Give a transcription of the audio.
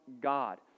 God